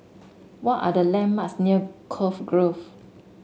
what are the landmarks near Cove Grove